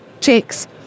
checks